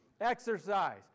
exercise